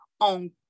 on